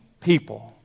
people